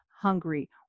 hungry